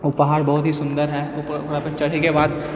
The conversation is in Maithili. ओ पहाड़ बहुत ही सुन्दर है ओकरापर चढ़ैके बाद